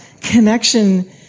connection